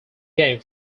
game